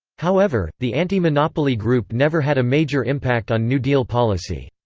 however, the anti-monopoly group never had a major impact on new deal policy.